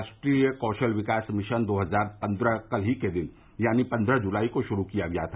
राष्ट्रीय कौशल विकास मिशन दो हजार पन्द्रह कल ही के दिन यानी पंदह जुलाई को शुरु किया गया था